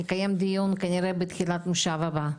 נקיים דיון כנראה בתחילת מושב הבא.